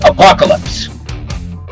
Apocalypse